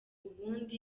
ubundi